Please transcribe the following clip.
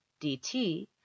dt